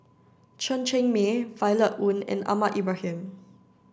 Chen Cheng Mei Violet Oon and Ahmad Ibrahim